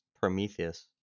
prometheus